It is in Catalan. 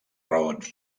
raons